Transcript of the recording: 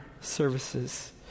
services